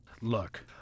Look